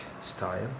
style